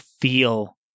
feel